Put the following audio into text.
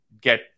get